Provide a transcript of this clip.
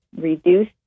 Reduce